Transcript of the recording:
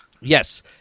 Yes